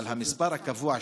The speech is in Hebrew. אבל המספר הקבוע,